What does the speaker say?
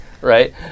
right